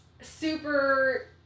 super